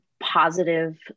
positive